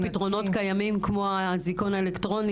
פתרונות קיימים כמו האזיקון האלקטרוני